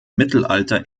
mittelalter